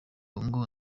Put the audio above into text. ngo